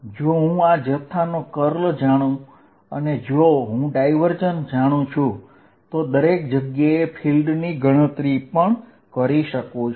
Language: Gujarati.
જો હું આ જથ્થાનો કર્લ જાણું અને જો હું ડાયવર્જન્સ જાણું છું તો હું દરેક જગ્યાએ ફીલ્ડની ગણતરી કરી શકું છું